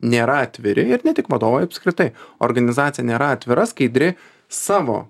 nėra atviri ir ne tik vadovai apskritai organizacija nėra atvira skaidri savo